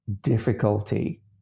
Difficulty